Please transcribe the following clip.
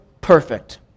perfect